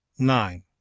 nine.